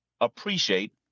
appreciate